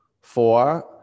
four